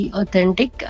authentic